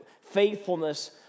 faithfulness